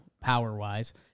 power-wise